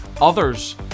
others